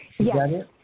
Yes